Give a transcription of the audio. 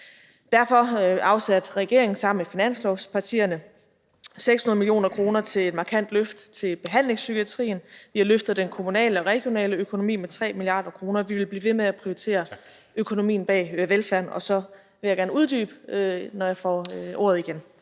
Derfor afsatte regeringen sammen med finanslovspartierne 600 mio. kr. til et markant løft af behandlingspsykiatrien, vi har løftet den kommunale og regionale økonomi med 3 mia. kr., og vi vil blive ved med at prioritere økonomien bag velfærden. Og så vil jeg gerne uddybe, når jeg får ordet igen.